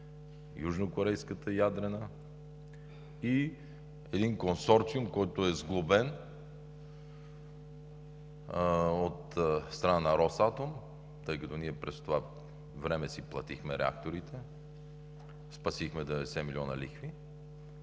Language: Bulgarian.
Южнокорейската ядрена и един консорциум, който е сглобен от страна на „Росатом“, тъй като ние през това време си платихме реакторите, спасихме 90 милиона лихви.